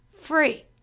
free